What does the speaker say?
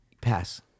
Pass